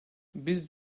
biz